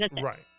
Right